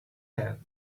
hand